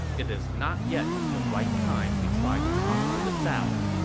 it is not yet the right time to try to conquer the south.